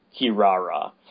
Kirara